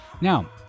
Now